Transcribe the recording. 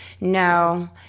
No